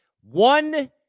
One